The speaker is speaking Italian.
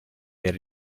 del